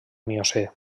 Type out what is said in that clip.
miocè